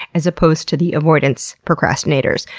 as opposed to the avoidance procrastinators,